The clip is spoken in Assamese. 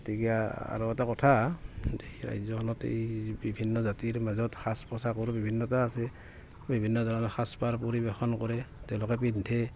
গতিকে আৰু এটা কথা ৰাজ্যখনত এই বিভিন্ন জাতিৰ মাজত সাজ পোচাকৰ বিভিন্নতা আছে বিভিন্ন ধৰণৰ সাজপাৰ পৰিৱেশন কৰে তেওঁলোকে পিন্ধে